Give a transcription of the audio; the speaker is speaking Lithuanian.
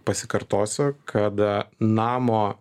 pasikartosiu kada namo